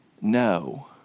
no